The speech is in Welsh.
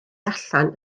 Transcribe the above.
allan